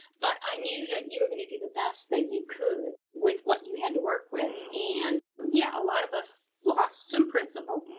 but i knew that you were going to do the best that you could with what you had to work with. and yeah, a lot of us lost some principal.